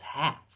hats